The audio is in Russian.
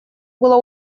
было